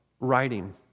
writing